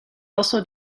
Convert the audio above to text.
also